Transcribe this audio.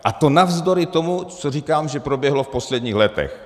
A to navzdory tomu, co říkám, že proběhlo v posledních letech.